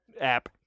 app